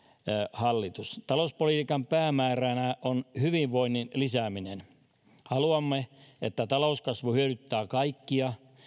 hallitus talouspolitiikan päämääränä on hyvinvoinnin lisääminen haluamme että talouskasvu hyödyttää kaikkia